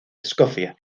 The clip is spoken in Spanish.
escocia